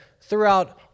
throughout